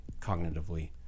cognitively